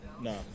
No